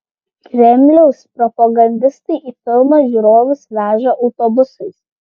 kremliaus propagandistai į filmą žiūrovus veža autobusais